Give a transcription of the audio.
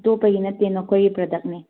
ꯑꯇꯣꯞꯄꯒꯤ ꯅꯠꯇꯦ ꯅꯈꯣꯏꯒꯤ ꯄ꯭ꯔꯗꯛꯅꯦ